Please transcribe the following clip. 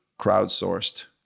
crowdsourced